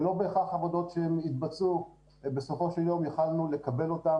לא בהכרח עבודות שהתבצעו בסופו של יום יכולנו לקבל אותן